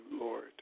Lord